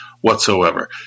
Whatsoever